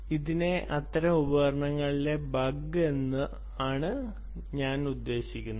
അതിനാൽ ഇതിനെ അത്തരം ഉപകരണങ്ങളിലെ ബഗ് എന്നാണ് നിങ്ങൾ ഇതിനെ വിളിക്കുന്നത്